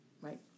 right